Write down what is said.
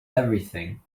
everything